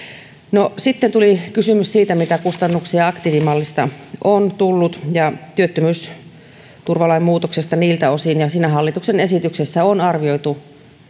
no sitten tuli kysymys siitä mitä kustannuksia aktiivimallista ja työttömyysturvalain muutoksesta niiltä osin on tullut ja siinä hallituksen esityksessä on arvioitu